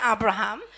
Abraham